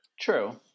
True